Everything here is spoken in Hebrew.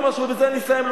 נא לסיים.